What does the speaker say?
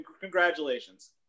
Congratulations